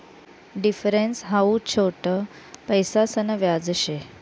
difference हाऊ छोट पैसासन व्याज शे